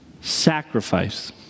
Sacrifice